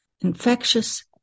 infectious